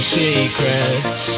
secrets